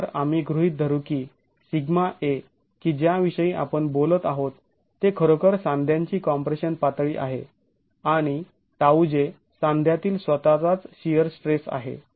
तर आम्ही गृहीत धरू की σa की ज्या विषयी आपण बोलत आहोत ते खरोखर सांध्यांची कॉम्प्रेशन पातळी आहे आणि τj सांध्यातील स्वतःचाच शिअर स्ट्रेस आहे